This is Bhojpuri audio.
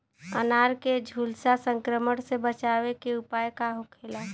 अनार के झुलसा संक्रमण से बचावे के उपाय का होखेला?